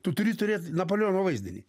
tu turi turėt napoleono vaizdinį